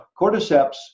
cordyceps